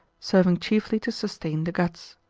serving chiefly to sustain the guts.